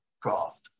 craft